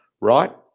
right